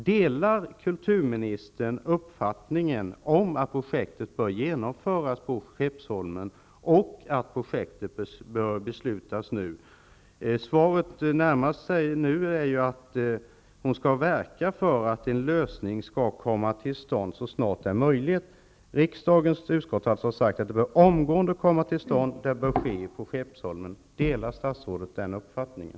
Delar kulturministern uppfattningen att projektet bör genomföras på Skeppsholmen och att det bör fattas beslut om projektet nu? I svaret säger kulturministern att hon skall verka för att en lösning skall komma till stånd så snart det är möjligt. Kulturutskottet har alltså sagt att projektet omgående bör komma till stånd och att det bör ske på Skeppsholmen. Delar statsrådet den uppfattningen?